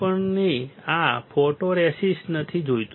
અમને આ ફોટોરેસિસ્ટ નથી જોઈતું